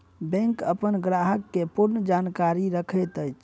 bank अपन ग्राहक के पूर्ण जानकारी रखैत अछि